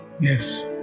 Yes